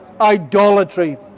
idolatry